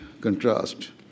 contrast